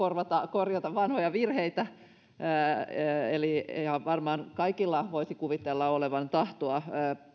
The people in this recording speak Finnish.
korjata vanhoja virheitä ja varmaan kaikilla voisi kuvitella olevan tahtoa